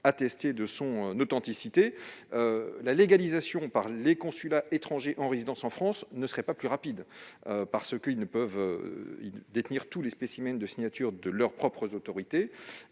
attester son authenticité. La légalisation par des consulats étrangers en résidence en France ne serait pas plus rapide : ils ne peuvent détenir tous les spécimens de signature de leurs propres autorités